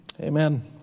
Amen